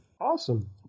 Awesome